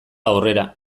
aurrera